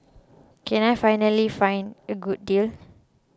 can I find ally find a good deal